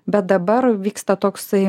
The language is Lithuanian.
bet dabar vyksta toksai